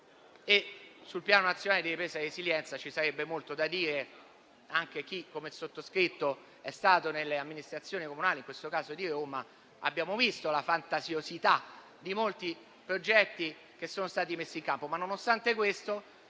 Sul Piano nazionale di ripresa e resilienza ci sarebbe molto da dire: anche chi come il sottoscritto è stato nelle amministrazioni comunali - nel mio caso di Roma -ha visto la fantasiosità di molti progetti messi in campo. Tuttavia, nonostante questo,